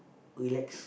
relax